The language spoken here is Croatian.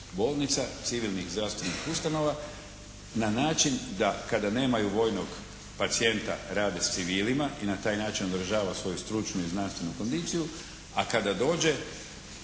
bolnica, civilnih zdravstvenih ustanova na način da kada nemaju vojnog pacijenta rade s civilima i na taj način održava svoju stručnu i znanstvenu kondiciju. A kada dođe